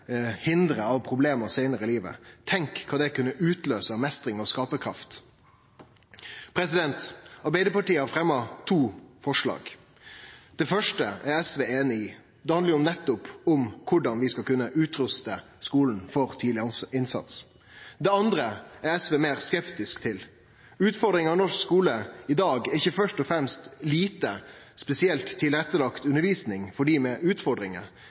av problem seinare i livet. Tenk kva dette kunne utløyse av meistring og skaparkraft. Arbeidarpartiet har fremma to forslag. Det første er SV einig i – det handlar nettopp om korleis vi skal kunne utruste skulen for tidleg innsats. Det andre er SV meir skeptisk til. Utfordringa i norsk skule i dag er ikkje først og fremst lite spesielt tilrettelagd undervisning for dei med utfordringar,